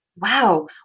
wow